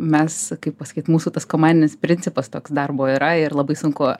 mes kaip pasakyt mūsų tas komandinis principas toks darbo yra ir labai sunku